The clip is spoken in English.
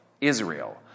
Israel